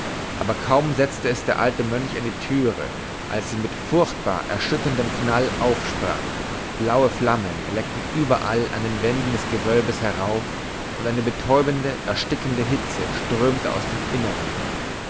aber kaum setzte es der alte mönch an die türe als sie mit furchtbar erschütterndem knall aufsprang blaue flammen leckten überall an den wänden des gewölbes herauf und eine betäubende erstickende hitze strömte aus dem innern